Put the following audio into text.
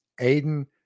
Aiden